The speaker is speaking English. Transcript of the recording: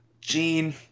Gene